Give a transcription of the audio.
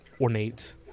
ornate